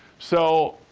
so,